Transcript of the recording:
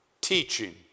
teaching